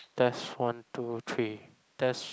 test one two three test